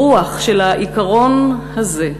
ברוח של העיקרון הזה,